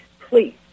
Please